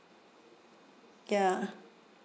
ya